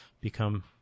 become